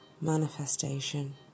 manifestation